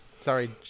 sorry